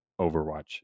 Overwatch